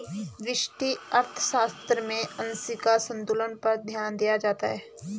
व्यष्टि अर्थशास्त्र में आंशिक संतुलन पर ध्यान दिया जाता है